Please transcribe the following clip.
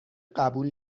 قبول